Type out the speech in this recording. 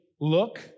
look